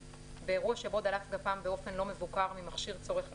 באירוע שבו דלף גפ"מ באופן לא מבוקר ממכשיר צורך גפ"מ,